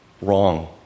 wrong